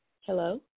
Hello